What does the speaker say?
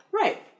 Right